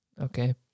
Okay